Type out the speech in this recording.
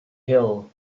hill